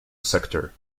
sector